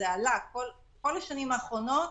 כל השנים האחרונות